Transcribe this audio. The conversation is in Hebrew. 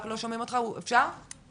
תודה